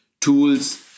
tools